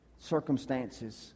circumstances